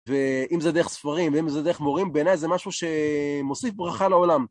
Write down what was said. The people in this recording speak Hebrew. ואם זה דרך ספרים ואם זה דרך מורים, בעיניי זה משהו שמוסיף ברכה לעולם.